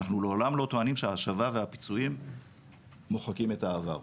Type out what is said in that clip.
אנחנו לא עולם לא טוענים שההשבה והפיצויים מוחקים את העבר,